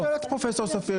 אני לא שואל את פרופסור ספיר,